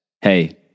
hey